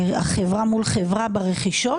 החברה מול חברה ברכישות.